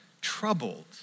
troubled